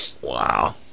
Wow